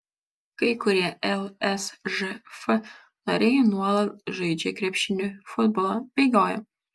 kai kurie lsžf nariai nuolat žaidžia krepšinį futbolą bėgioja